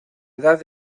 edad